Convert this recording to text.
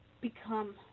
become